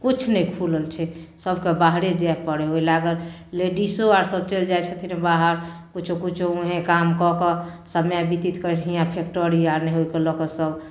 किछु नहि खुलल छै सभके बाहरे जाइ पड़ै हइ ओहि लागल लेडिसो आरसभ चलि जाइ छथिन बाहर किछु किछु उहेँ काम कऽ कऽ समय व्यतीत करै छथिन हिआँ फैकटरी आर नहि हइके ओहिके लऽ कऽ सभ